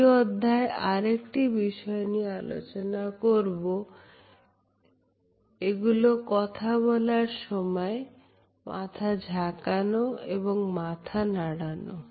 এই অধ্যায়ে আরেকটি বিষয় নিয়ে আলোচনা করবো এগুলো কথা বলার সময় মাথা ঝাকানো এবং মাথা নাড়ানো